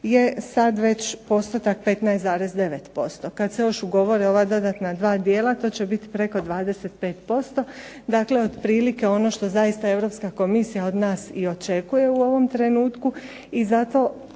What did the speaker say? je sad već postotak 15,9%. Kad se još ugovore ova dodatna dva dijela, to će biti preko 25%, dakle otprilike ono što zaista Europska Komisija od nas i očekuje u ovom trenutku, i zato